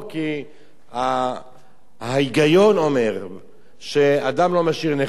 כי ההיגיון אומר שאדם לא משאיר נכס ריק.